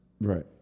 Right